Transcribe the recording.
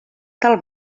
tal